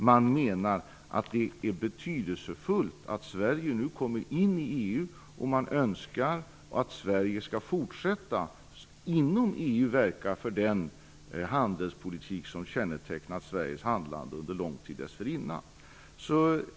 Man menar dock att det är betydelsefullt att Sverige nu kommer in i EU, och man önskar att Sverige skall fortsätta att inom EU verka för den handelspolitik som kännetecknat Sveriges handlande under lång tid dessförinnan.